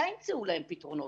מתי ימצאו להן פתרונות?